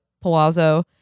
palazzo